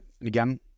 again